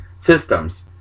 systems